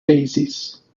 daisies